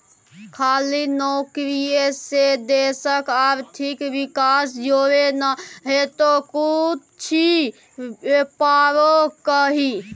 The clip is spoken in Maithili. खाली नौकरीये से देशक आर्थिक विकास थोड़े न हेतै किछु बेपारो करही